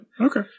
Okay